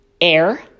air